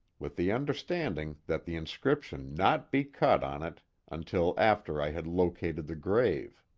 with the understanding that the inscription not be cut on it until after i had located the grave.